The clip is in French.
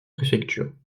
préfecture